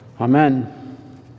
Amen